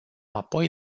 apoi